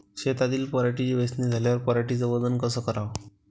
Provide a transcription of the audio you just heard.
शेतातील पराटीची वेचनी झाल्यावर पराटीचं वजन कस कराव?